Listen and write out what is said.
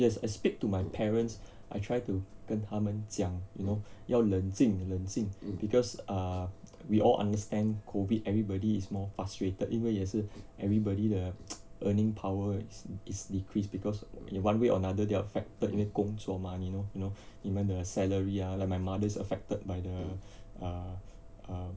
yes I speak to my parents I try to 跟他们讲 you know 要冷静冷静 because uh we all understand COVID everybody is more frustrated 因为也是 everybody the earning power is is decreased because in one way or another they are affected 因为工作吗 you know you know 你们的 salary ah like my mother's affected by the uh uh